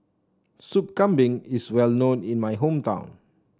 Soup Kambing is well known in my hometown